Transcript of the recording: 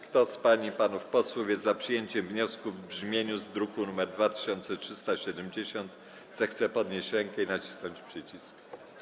Kto z pań i panów posłów jest za przyjęciem wniosku w brzmieniu z druku nr 2370, zechce podnieść rękę i nacisnąć przycisk.